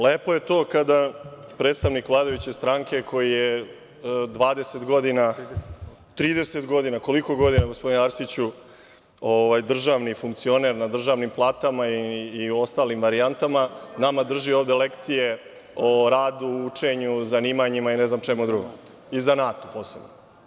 Lepo je to kada predstavnik vladajuće stranke koji je 20 godina, 30 godina, koliko godina gospodine Arsiću, državni funkcioner na državnim platama i ostalim varijantama, nama drži ovde lekcije o radu, učenju, zanimanjima i ne znam čemu drugom i zanatu posebno.